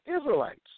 Israelites